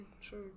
sure